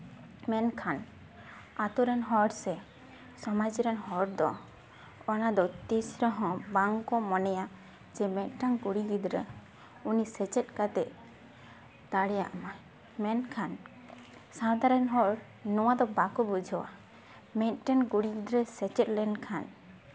ᱢᱮᱱᱠᱷᱟᱱ ᱟᱹᱛᱩ ᱨᱮᱱ ᱦᱚᱲ ᱥᱮ ᱥᱚᱢᱟᱡᱽ ᱨᱮᱱ ᱦᱚᱲ ᱫᱚ ᱚᱱᱟᱫᱚ ᱛᱤᱥ ᱨᱮᱦᱚᱸ ᱵᱟᱝ ᱠᱚ ᱢᱚᱱᱮᱭᱟ ᱡᱮ ᱢᱤᱫᱴᱟᱱ ᱠᱩᱲᱤ ᱜᱤᱫᱽᱨᱟᱹ ᱩᱱᱤ ᱥᱮᱪᱮᱫ ᱠᱟᱛᱮᱜ ᱫᱟᱲᱮᱭᱟᱜ ᱢᱟᱭ ᱢᱮᱱᱠᱷᱟᱱ ᱥᱟᱶᱛᱟ ᱨᱮᱱ ᱦᱚᱲ ᱱᱚᱣᱟ ᱫᱚ ᱵᱟᱠᱚ ᱵᱩᱡᱷᱟᱹᱣᱟ ᱢᱤᱫᱴᱮᱱ ᱠᱩᱲᱤ ᱜᱤᱫᱽᱨᱟᱹ ᱥᱮᱪᱮᱫ ᱞᱮᱱᱠᱷᱟᱱ